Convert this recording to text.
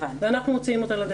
ואנחנו מוציאים אותה לדרך.